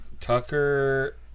Tucker